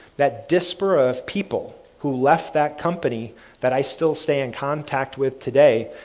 that disparate people who left that company that i still stay in contact with today,